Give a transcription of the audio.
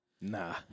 nah